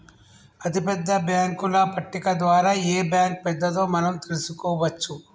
అతిపెద్ద బ్యేంకుల పట్టిక ద్వారా ఏ బ్యాంక్ పెద్దదో మనం తెలుసుకోవచ్చు